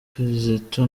kizito